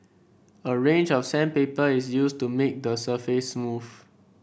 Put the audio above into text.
a range of sandpaper is used to make the surface smooth